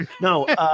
No